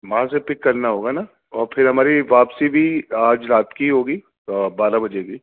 وہاں سے پک کرنا ہوگا نا اور پھر ہماری واپسی بھی آج رات کی ہوگی بارہ بجے کی